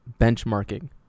Benchmarking